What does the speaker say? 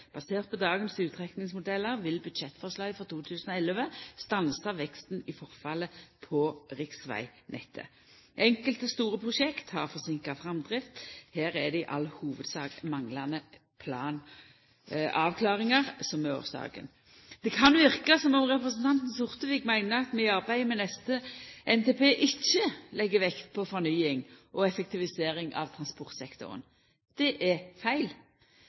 Basert på dagens utrekningsmodellar vil budsjettforslaget for 2011 stansa veksten i forfallet på riksvegnettet. Enkelte store prosjekt har forseinka framdrift, og her er det i all hovudsak manglande planavklaringar som er årsaka. Det kan verka som om representanten Sortevik meiner at vi i arbeidet med neste NTP ikkje legg vekt på fornying og effektivisering av transportsektoren. Det er feil.